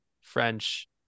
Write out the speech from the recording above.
french